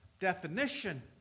definition